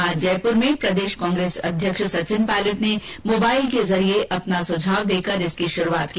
आज जयपुर में प्रदेश कांग्रेस अध्यक्ष सचिन पायलट ने मोबाइल के जरिये अपना सुझाव देकर इसकी शुरुआत की